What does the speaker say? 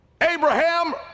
Abraham